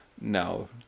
no